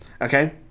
okay